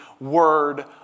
word